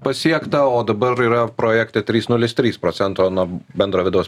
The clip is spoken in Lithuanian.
pasiekta o dabar yra projekte trys nulis trys procento nuo bendro vidaus